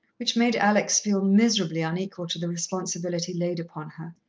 which made alex feel miserably unequal to the responsibility laid upon her.